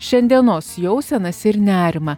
šiandienos jausenas ir nerimą